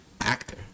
actor